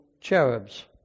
cherubs